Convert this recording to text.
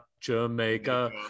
Jamaica